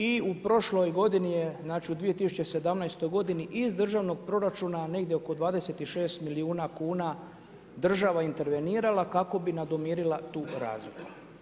I u prošlog godini je znači u 2017. iz državnog proračuna, negdje oko 26 milijuna kuna, država intervenirala, kako bi nadomirila tu razliku.